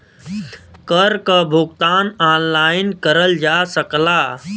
कर क भुगतान ऑनलाइन करल जा सकला